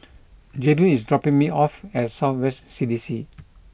Jaydin is dropping me off at South West C D C